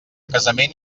casament